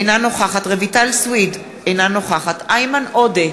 אינה נוכחת רויטל סויד, אינה נוכחת איימן עודה,